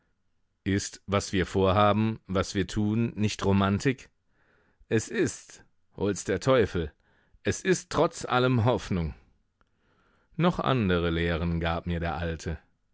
ist was wir vorhaben was wir tun nicht romantik es ist hol's der teufel es ist trotz allem hoffnung noch andere lehren gab mir der alte